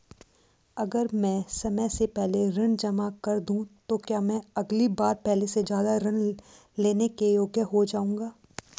अगर मैं समय से पहले ऋण जमा कर दूं तो क्या मैं अगली बार पहले से ज़्यादा ऋण लेने के योग्य हो जाऊँगा?